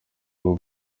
rwo